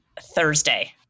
Thursday